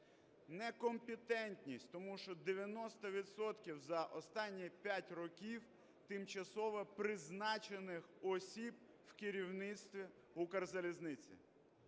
Некомпетентність, тому що 90 відсотків за останні п'ять років – тимчасово призначених осіб в керівництві Укрзалізниці.